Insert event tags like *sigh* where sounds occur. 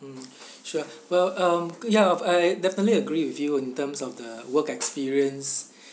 mm *breath* sure well um ya I definitely agree with you in terms of the work experience *breath*